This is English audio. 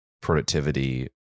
productivity